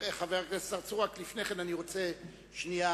חבר הכנסת צרצור, רק לפני כן, אני רוצה שנייה.